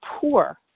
poor